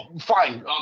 Fine